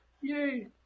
Yay